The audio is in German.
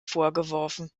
vorgeworfen